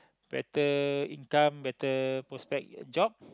better income better prospect job